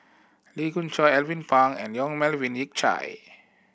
Lee Khoon Choy Alvin Pang and Yong Melvin Yik Chye